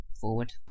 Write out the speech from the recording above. forward